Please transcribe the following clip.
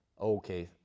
Okay